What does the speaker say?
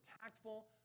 tactful